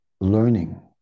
learning